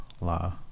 law